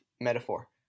metaphor